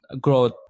growth